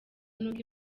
n’uko